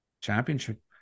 championship